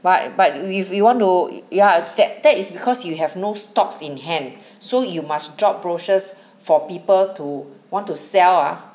like but you if you want to ya that that is because you have no stocks in hand so you must drop brochures for people to want to sell ah